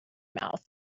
mouth